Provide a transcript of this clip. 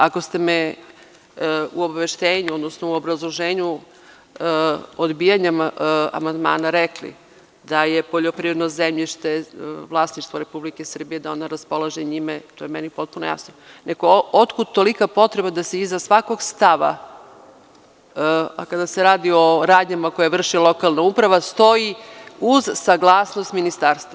Ako ste me u obrazloženju, odbijanjem amandmana rekli, da je poljoprivredno zemljište vlasništvo Republike Srbije, da ona raspolaže njime, to je meni potpuno jasno, nego otkud tolika potreba da se iza svakog stava, a kada se radi o radnjama koje vrši lokalna uprava stoji – uz saglasnost ministarstva.